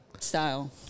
style